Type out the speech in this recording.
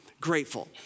grateful